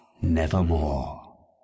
Nevermore